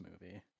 movie